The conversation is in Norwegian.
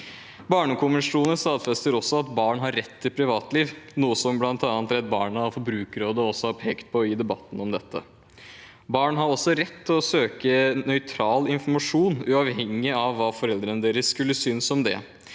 Barnekonvensjonen stadfester at barn har rett til privatliv, noe som bl.a. Redd Barna og Forbrukerrådet har pekt på i debatten om dette. Barn har også rett til å søke nøytral informasjon uavhengig av hva foreldrene skulle synes om det.